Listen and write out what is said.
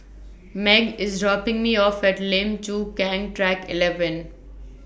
Meg IS dropping Me off At Lim Chu Kang Track eleven